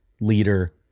leader